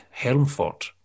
Helmfort